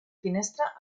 finestra